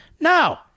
no